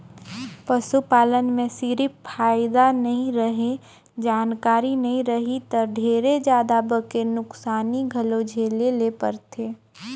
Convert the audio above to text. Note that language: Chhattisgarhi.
पसू पालन में सिरिफ फायदा नइ रहें, जानकारी नइ रही त ढेरे जादा बके नुकसानी घलो झेले ले परथे